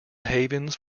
havens